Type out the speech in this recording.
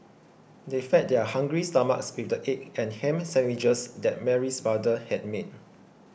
they fed their hungry stomachs with the egg and ham sandwiches that Mary's mother had made